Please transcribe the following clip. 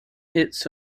its